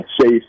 safe